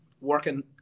working